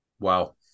Wow